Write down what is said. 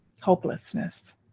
Hopelessness